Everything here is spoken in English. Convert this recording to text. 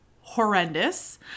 horrendous